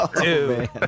dude